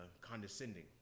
condescending